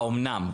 האומנם?